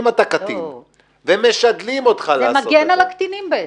אם אתה קטין ומשדלים אותך לעשות את --- זה מגן על הקטינים בעצם.